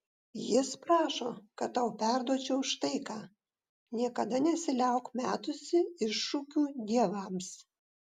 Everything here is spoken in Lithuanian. jis prašo kad tau perduočiau štai ką niekada nesiliauk metusi iššūkių dievams